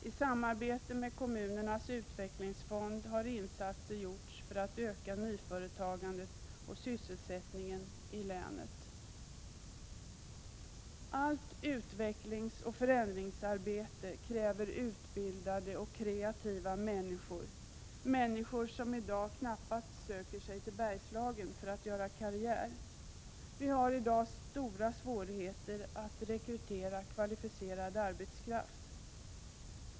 I samarbete med kommunernas utvecklingsfond har insatser gjorts för att öka nyföretagandet och sysselsättningen i länet. Allt utvecklingsoch förändringsarbete kräver utbildade och kreativa människor, som i dag knappast söker sig till Bergslagen för att göra karriär. Vi har i dag stora svårigheter att rekrytera kvalificerad arbetskraft.